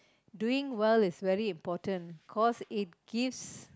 doing well is very important cause it gives